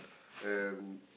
and